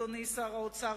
אדוני שר האוצר,